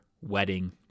wedding